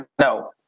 no